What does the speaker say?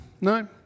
No